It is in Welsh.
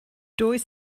does